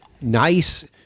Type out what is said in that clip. nice